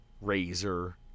Razor